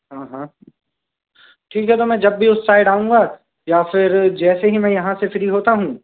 हाँ हाँ ठीक है तो मैं जब भी उस साइड आऊँगा या फिर जैसे ही मैं यहाँ से फ्री होता हूँ